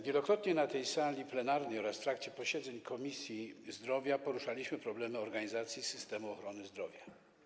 Wielokrotnie na tej sali plenarnej oraz w trakcie posiedzeń Komisji Zdrowia poruszaliśmy problemy organizacji systemu ochrony zdrowia.